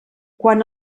quan